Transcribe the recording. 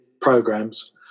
programs